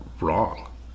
wrong